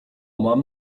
mam